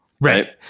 right